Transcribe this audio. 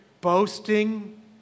boasting